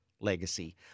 legacy